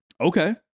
Okay